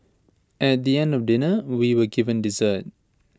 at the end of dinner we were given dessert